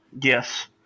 Yes